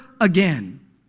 again